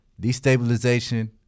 destabilization